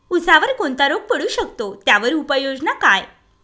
ऊसावर कोणता रोग पडू शकतो, त्यावर उपाययोजना काय?